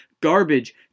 garbage